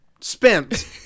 spent